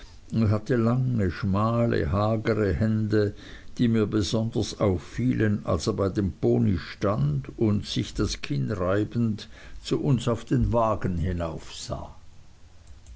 hatte lange schmale hagere hände die mir besonders auffielen als er bei dem pony stand und sich das kinn reibend zu uns auf den wagen hinaufsah